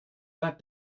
that